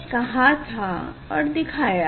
जैसा मैने कहा था और दिखाया था